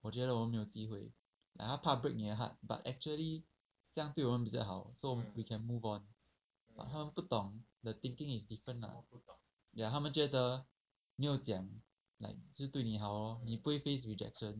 我觉得我们没有机会 like 他怕 break 你的 heart but actually 这样对我们比较好 so we can move on but 他们不懂 that the thinking is different lah yah 他们觉得没有讲 like 就是对你好 lor 你不会 face rejection